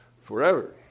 Forever